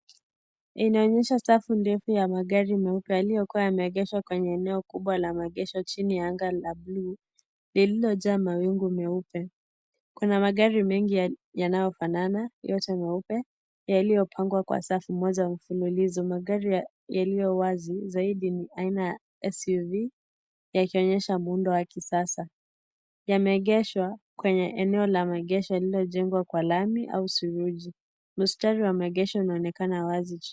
Inaonyesha safu ndefu ya magari meupe yameegeshwa kwenye eneo kubwa la maegesho chini ya anga la bluu lililo jaa mawingu meupe kuna magari mengi yanayo fanana yote meupe yaliyopangwa kwa safu moja mfululizo magari yaliyo wazi saidi ni aina ya SUV yakionyesha muundo wa kisasa yameegeshwa kwenye eneo la maegesho lililojengwa kwa lami au seruji misitari wa maegesho unaonekana wazi chini.